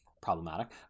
problematic